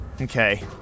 Okay